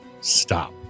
stop